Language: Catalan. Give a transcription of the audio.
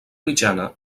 mitjana